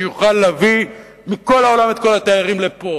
שיוכל להביא מכל העולם את כל התיירים לפה.